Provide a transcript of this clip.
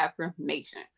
affirmation